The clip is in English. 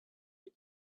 get